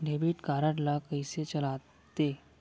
Debit card ला कइसे चलाते?